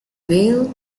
veil